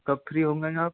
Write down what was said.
कब फ़्री होंगे आप